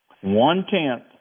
One-tenth